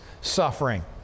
suffering